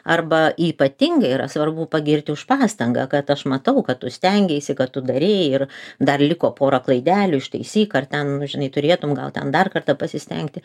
arba ypatingai yra svarbu pagirti už pastangą kad aš matau kad tu stengeisi kad tu darei ir dar liko porą klaidelių ištaisyk ar ten žinai turėtum gal ten dar kartą pasistengti